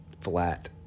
flat